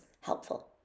helpful